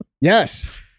Yes